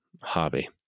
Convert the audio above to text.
hobby